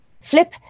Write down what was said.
flip